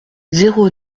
zéro